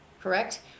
correct